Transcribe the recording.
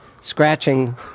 scratching